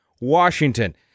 Washington